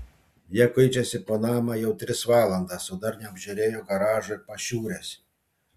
jie kuičiasi po namą jau tris valandas o dar neapžiūrėjo garažo ir pašiūrės